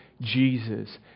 Jesus